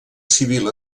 civil